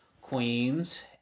Queens